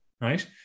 right